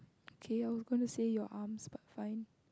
okay I was going to say your arms but fine